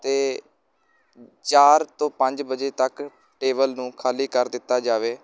ਅਤੇ ਚਾਰ ਤੋਂ ਪੰਜ ਵਜੇ ਤੱਕ ਟੇਬਲ ਨੂੰ ਖਾਲੀ ਕਰ ਦਿੱਤਾ ਜਾਵੇ